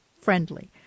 friendly